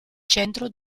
centro